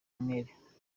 umwere